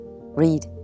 read